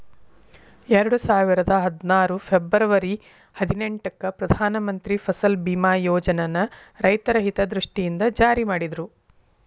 ಎರಡುಸಾವಿರದ ಹದ್ನಾರು ಫೆಬರ್ವರಿ ಹದಿನೆಂಟಕ್ಕ ಪ್ರಧಾನ ಮಂತ್ರಿ ಫಸಲ್ ಬಿಮಾ ಯೋಜನನ ರೈತರ ಹಿತದೃಷ್ಟಿಯಿಂದ ಜಾರಿ ಮಾಡಿದ್ರು